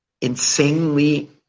insanely